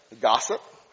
gossip